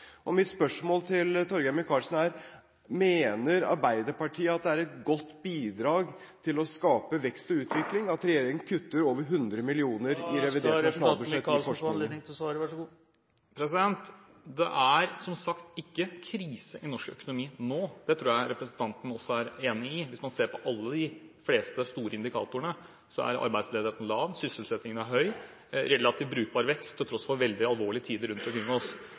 nasjonalbudsjett. Mitt spørsmål til Torgeir Micaelsen er: Mener Arbeiderpartiet at det er et godt bidrag til å skape vekst og utvikling at regjeringen i revidert nasjonalbudsjett kutter over 100 mill. kr i bevilgningene til forskningen? Det er, som sagt, ikke krise i norsk økonomi nå. Det tror jeg representanten er enig i. Hvis man ser på de fleste store indikatorene, ser en at arbeidsledigheten er lav. Sysselsettingen er høy. Det er relativt brukbar vekst, til tross for veldig alvorlige tider rundt oss.